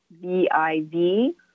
V-I-V